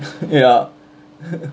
ya